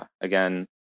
again